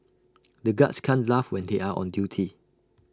the guards can't laugh when they are on duty